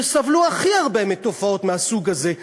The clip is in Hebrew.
שסבלו הכי הרבה מתופעות מהסוג הזה,